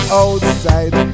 outside